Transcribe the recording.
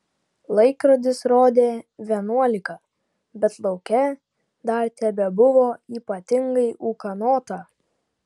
laikrodis rodė vienuolika bet lauke dar tebebuvo ypatingai ūkanota